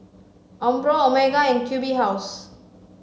Umbro Omega and Q B House